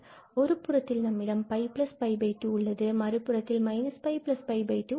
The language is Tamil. ஒரு புறத்தில் நம்மிடம் 𝜋𝜋2 உள்ளது மறுபுறத்தில் 𝜋𝜋2 இது உள்ளது